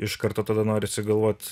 iš karto tada norisi galvot